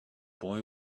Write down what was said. boy